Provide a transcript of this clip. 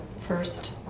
first